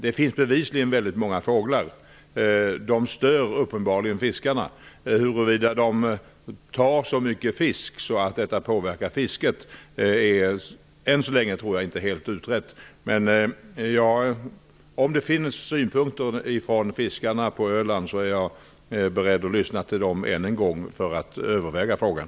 Det finns bevisligen väldigt många fåglar. De stör uppenbarligen fiskarna. Huruvida fåglarna tar så mycket fisk att det påverkar fisket är än så länge inte helt utrett. Om det finns synpunkter från fiskarna på Öland är jag beredd att lyssna till dessa än en gång för att överväga frågan.